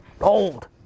old